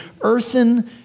earthen